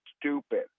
stupid